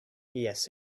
yes